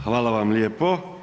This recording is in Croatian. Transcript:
Hvala vam lijepo.